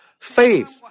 faith